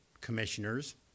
commissioners